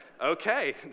Okay